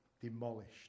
demolished